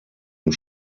und